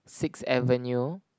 Sixth Avenue